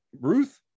Ruth